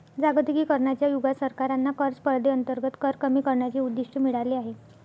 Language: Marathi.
जागतिकीकरणाच्या युगात सरकारांना कर स्पर्धेअंतर्गत कर कमी करण्याचे उद्दिष्ट मिळाले आहे